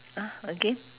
!huh! again